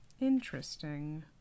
Interesting